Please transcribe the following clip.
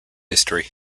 history